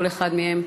כל אחד מהם,